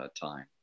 time